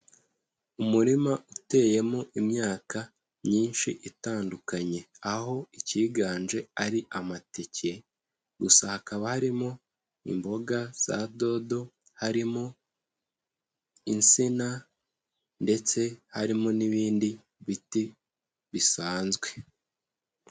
Umurima uteyemo imyaka myinshi itandukanye, aho icyiganje ari amateke gusa hakaba harimo imboga za dodo, harimo insina ndetse harimo n'ibindi biti bisanzwe.